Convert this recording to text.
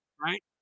right